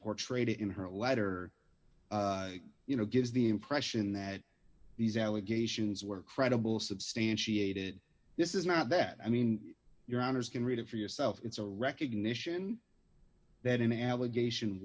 portrayed in her letter you know gives the impression that these allegations were credible substantiated this is not that i mean your honour's can read it for yourself it's a recognition that an allegation